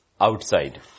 outside